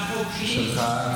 החוקה אישרה את הצעת החוק שלי,